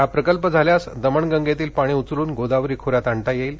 हा प्रकल्प झाल्यास दमणगंगेतील पाणी उचलून गोदावरी खोऱ्यात आणता येईल